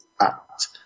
Act